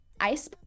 Ice